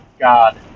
God